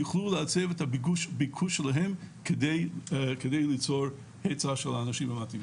ויוכלו לעצב את הביקוש שלהם כדי ליצור היצע של האנשים המתאימים.